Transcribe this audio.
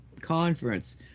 conference